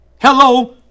Hello